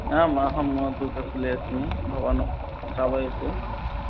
आम् अहं तु स्थले अस्मि भवान् श्रावयतु